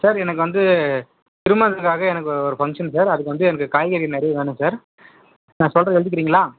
sir எனக்கு வந்து திருமணத்துக்காக எனக்கு ஒரு ஃபங்க்ஷன் சார் அதுக்கு வந்து எனக்கு காய்கறி நிறைய வேணும் சார் நான் சொல்லுறேன் எழுதிக்கிறீங்களா